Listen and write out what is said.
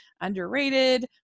underrated